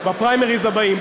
בפריימריז הבאים.